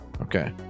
Okay